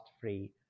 free